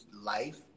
life